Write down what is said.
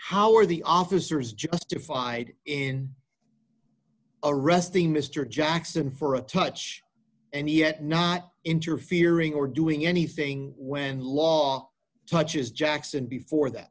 how are the officers justified in arresting mr jackson for a touch and yet not interfering or doing anything when law touches jackson before that